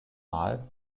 mal